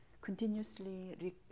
continuously